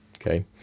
okay